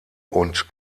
und